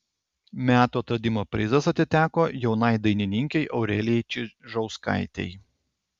metų atradimo prizas atiteko jaunai dainininkei aurelijai čižauskaitei